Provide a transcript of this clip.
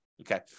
Okay